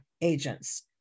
agents